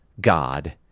God